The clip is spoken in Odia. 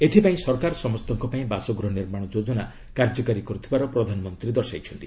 ଏଥିପାଇଁ ସରକାର ସମସ୍ତଙ୍କ ପାଇଁ ବାସଗୃହ ନିର୍ମାଣ ଯୋଜନା କାର୍ଯ୍ୟକାରୀ କରୁଥିବାର ପ୍ରଧାନମନ୍ତ୍ରୀ ଦର୍ଶାଇଛନ୍ତି